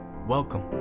Welcome